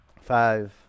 Five